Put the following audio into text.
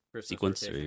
sequence